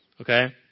Okay